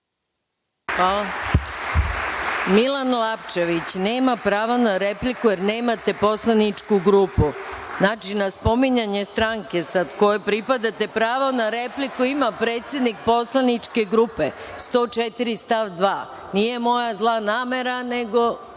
Lapčević nema prava na repliku, jer nemate poslaničku grupu. Znači, na spominjanje stranke kojoj pripadate pravo na repliku ima predsednik poslaničke grupe, čl. 104. st. 2. Nije moja zla namera, nego